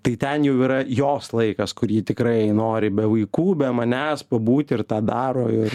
tai ten jau yra jos laikas kur ji tikrai nori be vaikų be manęs pabūti ir tą daro ir